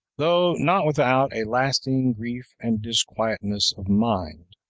though not without a lasting grief and disquietness of mind.